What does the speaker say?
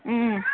ಹ್ಞೂ